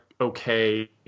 okay